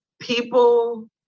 people